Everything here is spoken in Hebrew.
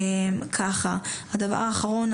הדבר האחרון,